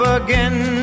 again